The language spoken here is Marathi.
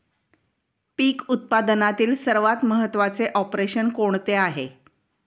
पीक उत्पादनातील सर्वात महत्त्वाचे ऑपरेशन कोणते आहे?